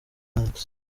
banks